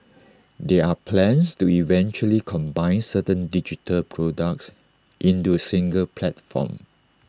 there are plans to eventually combine certain digital products into A single platform